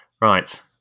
Right